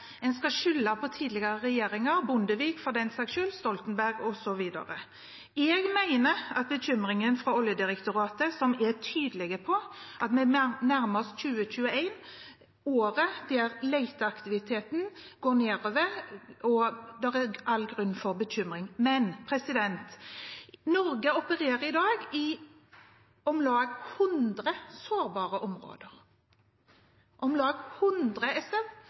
En skylder på tidligere regjeringer – Bondevik-regjeringen, for den saks skyld, Stoltenberg-regjeringen, osv. Jeg mener at bekymringen fra Oljedirektoratet, som er tydelig på at vi nærmer oss 2021, året når leteaktiviteten vil gå nedover, gir all grunn til bekymring. Men Norge opererer i dag i om lag 100 sårbare områder, om lag 100